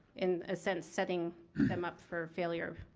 in a sense, setting them up for failure.